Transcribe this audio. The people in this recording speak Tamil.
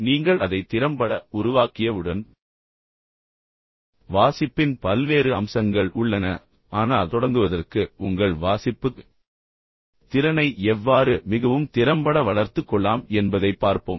நீங்கள் அதை திறம்பட உருவாக்கியவுடன் வாசிப்பின் பல்வேறு அம்சங்கள் உள்ளன ஆனால் தொடங்குவதற்கு உங்கள் வாசிப்புத் திறனை எவ்வாறு மிகவும் திறம்பட வளர்த்துக் கொள்ளலாம் என்பதைப் பார்ப்போம்